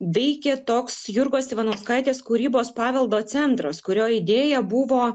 veikė toks jurgos ivanauskaitės kūrybos paveldo centras kurio idėja buvo